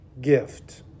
gift